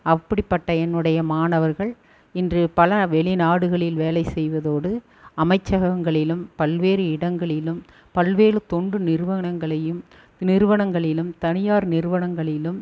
அப்படிப்பட்ட என்னுடைய மாணவர்கள் இன்று பல வெளிநாடுகளில் வேலை செய்வதோடு அமைச்சகங்களிலும் பல்வேறு இடங்களிலும் பல்வேலு தொண்டு நிறுவனங்களையும் நிறுவனங்களிலும் தனியார் நிறுவனங்களிலும்